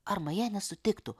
ar maja nesutiktų